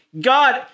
God